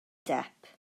depp